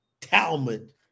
Talmud